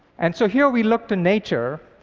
and so here, we looked to nature.